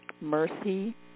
mercy